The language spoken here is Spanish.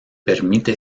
permite